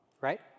right